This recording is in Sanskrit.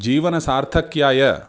जीवनसार्थक्याय